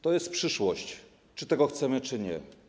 To jest przyszłość, czy tego chcemy, czy nie.